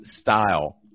style